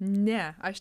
ne aš